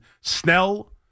Snell